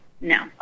No